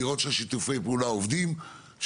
לראות ששיתופי הפעולה עובדים,